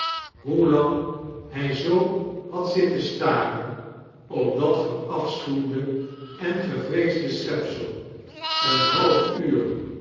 hoe lang hij zoo had zitten staren op dat verafschuwde en gevreesde schepsel een half uur